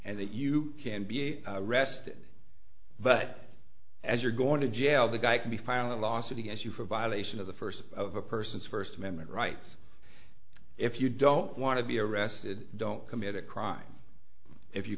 and that you can be a rested but as you're going to jail the guy could be filing a lawsuit against you for violation of the first of a person's first amendment rights if you don't want to be arrested don't commit a crime if you